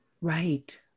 Right